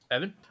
Evan